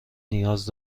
نیاز